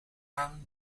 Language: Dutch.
aan